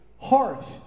harsh